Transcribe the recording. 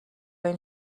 این